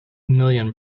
million